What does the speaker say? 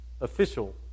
official